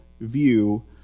view